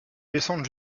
descendent